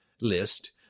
list